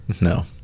No